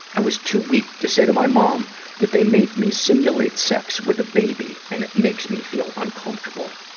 i was too weak to say to my mom that they made me simulate sex with a baby and it makes me feel uncomfortable.